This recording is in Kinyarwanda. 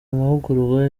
amahugurwa